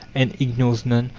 and ignores none,